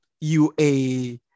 UA